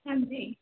ਹਾਂਜੀ